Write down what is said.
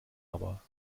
aber